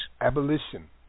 Abolition